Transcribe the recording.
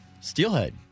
Steelhead